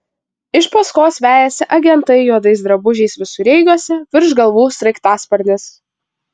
iš paskos vejasi agentai juodais drabužiais visureigiuose virš galvų sraigtasparnis